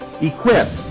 equip